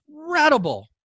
incredible